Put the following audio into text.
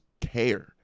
care